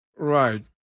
Right